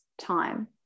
time